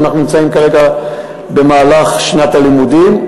אנחנו נמצאים כרגע במהלך שנת הלימודים,